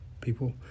people